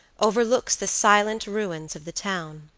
overlooks the silent ruins of the town.